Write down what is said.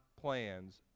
plans